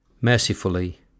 Mercifully